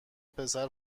پسر